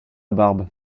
barbe